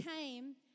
came